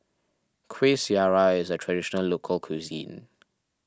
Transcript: Kueh Syara is a Traditional Local Cuisine